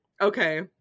okay